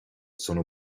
sono